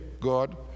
God